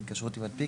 להתקשרות עם מנפיק,